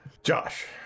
Josh